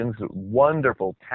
wonderful